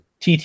TT